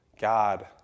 God